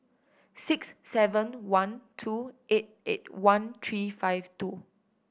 six seven one two eight eight one three five two